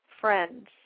friends